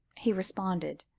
he responded,